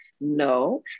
No